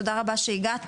תודה רבה שהגעתם,